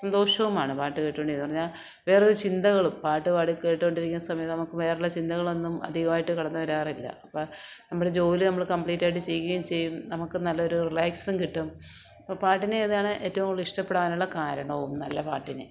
സന്തോഷവുമാണ് പാട്ടുകേട്ടോണ്ടെയ്ത് പറഞ്ഞ വേറൊരു ചിന്തകളും പാട്ട്പാടി കേട്ടോണ്ടിരിക്കുന്ന സമയത്ത് നമുക്ക് വേറെയുള്ള ചിന്തകളൊന്നും അധികമായിട്ട് കടന്ന് വരാറില്ല അപ്പോള് നമ്മള് ജോലി നമ്മള് കമ്പ്ലീറ്റായിട്ട് ചെയ്യേഞ്ചെയ്യും നമുക്ക് നല്ലൊരു റിലാക്സുങ്കിട്ടും അപ്പോള് പാട്ടിന് അതാണ് ഏറ്റവും കൂടുതൽ ഇഷ്ടപ്പെടാനുള്ള കാരണവും നല്ല പാട്ടിനെ